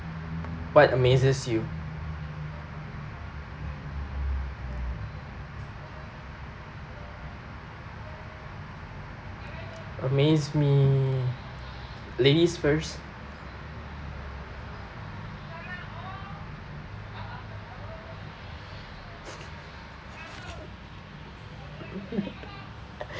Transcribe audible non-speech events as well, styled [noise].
what amazes you amaze me ladies first [laughs]